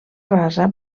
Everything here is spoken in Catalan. rasa